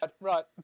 Right